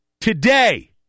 Today